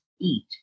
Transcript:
eat